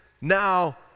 now